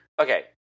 Okay